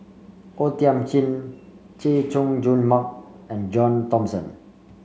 O Thiam Chin Chay Jung Jun Mark and John Thomson